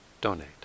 donate